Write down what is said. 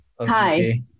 Hi